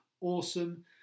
awesome